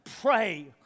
pray